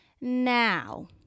now